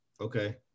Okay